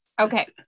okay